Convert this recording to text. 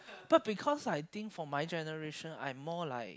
but because I think for my generation I more like